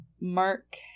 Mark